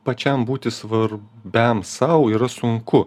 pačiam būti svar biam sau yra sunku